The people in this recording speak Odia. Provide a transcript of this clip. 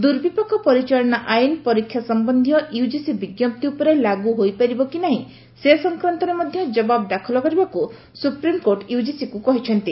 ଦୁର୍ବପାକ ପରିଚାଳନା ଆଇନ ପରୀକ୍ଷା ସମ୍ଭନ୍ଧୀୟ ୟୁଜିସ୍ ବିଞ୍ଜପ୍ତି ଉପରେ ଲାଗୁ ହୋଇପାରିବ କି ନାହିଁ ସେ ସଂକ୍ରାନ୍ତରେ ମଧ୍ୟ ଜବାବ ଦାଖଲ କରିବାକୁ ସୁପ୍ରିମକୋର୍ଟ ୟୁଜିସିକ୍ କହିଛନ୍ତି